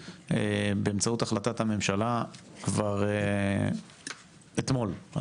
באמצעות החלטת הממשלה כבר אתמול.